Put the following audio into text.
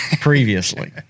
previously